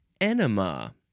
enema